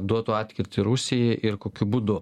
duotų atkirtį rusijai ir kokiu būdu